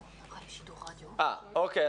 אוקיי.